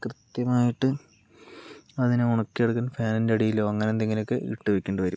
കൃത്യമായിട്ട് അതിനെ ഉണക്കി എടുക്കാൻ ഫാനിൻ്റെ അടിയിലോ അങ്ങനെ എന്തെങ്കിലും ഒക്കെ ഇട്ടു വയ്ക്കേണ്ടി വരും